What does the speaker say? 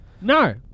No